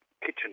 kitchen